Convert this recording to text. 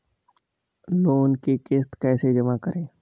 Loan की किश्त कैसे जमा करें?